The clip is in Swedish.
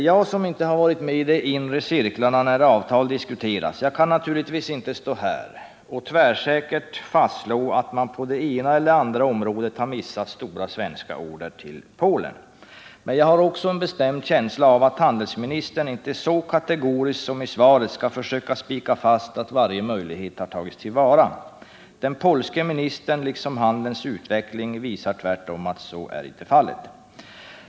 Jag som inte har varit med i de inre cirklarna när avtal diskuterats kan naturligtvis inte stå här och tvärsäkert fastslå att man på det ena eller det andra området har missat stora svenska order till Polen. Men jag har också en bestämd känsla av att handelsministern inte så kategoriskt som i svaret skall försöka spika fast att varje möjlighet har tagits till vara. Den polske ministerns uppfattning liksom handelns utveckling visar tvärtom att så icke är fallet.